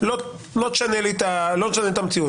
לא תשנה את המציאות,